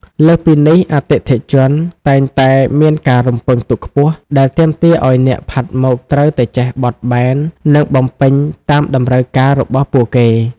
លើសពីនេះ អតិថិជនតែងតែមានការរំពឹងទុកខ្ពស់ ដែលទាមទារឱ្យអ្នកផាត់មុខត្រូវតែចេះបត់បែន និងបំពេញតាមតម្រូវការរបស់ពួកគេ។